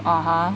(uh huh)